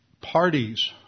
parties